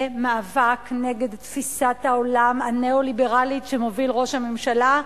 זה מאבק נגד תפיסת העולם הניאו-ליברלית שמוביל ראש הממשלה,